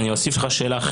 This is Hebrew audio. אני אוסיף עוד שאלה,